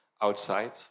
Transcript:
outside